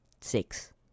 six